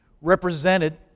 represented